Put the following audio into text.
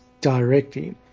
directly